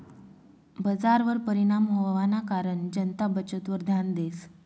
बजारवर परिणाम व्हवाना कारण जनता बचतवर ध्यान देस